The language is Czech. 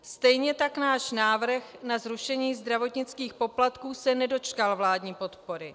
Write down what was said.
Stejně tak náš návrh na zrušení zdravotnických poplatků se nedočkal vládní podpory.